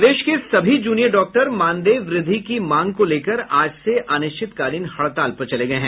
प्रदेश के सभी junior doctor मानदेय वृद्धि की मांग को लेकर आज से अनिश्चितकालीन हड़ताल पर हैं